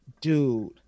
dude